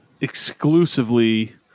exclusively